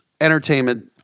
entertainment